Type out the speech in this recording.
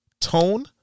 tone